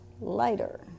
lighter